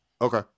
Okay